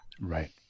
Right